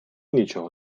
нічого